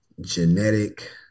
genetic